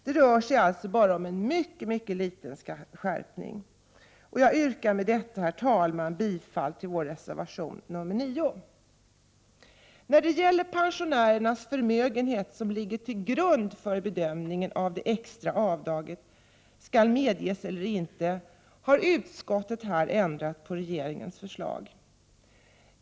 Det rör sig bara om en mycket liten skärpning. Jag yrkar med detta, herr talman, bifall till vår reservation nr 9. När det gäller pensionärernas förmögenhet, som ligger till grund för bedömningen om extra avdrag skall medges eller inte, har utskottet avvikit från regeringens förslag.